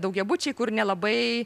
daugiabučiai kur nelabai